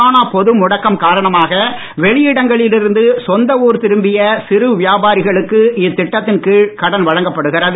corona பொதுழுடக்கம் காரணமாக வெளியிடங்களில் இருந்து சொந்த ஊர் திரும்பிய சிறு வியபாரிகளுக்கு இத்திட்டத்தின் கீழ் கடன் வழங்கப்படுகிறது